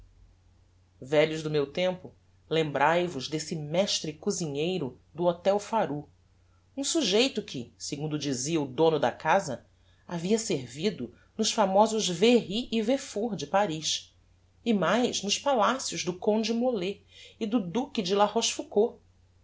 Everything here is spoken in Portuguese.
velhos do meu tempo lembrai vos desse mestre cosinheiro do hotel pharoux um sujeito que segundo dizia o dono da casa havia servido nos famosos véry e véfour de paris e mais nos palacios do conde molé e do duque de